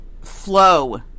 flow